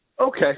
Okay